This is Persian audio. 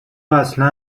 اصلا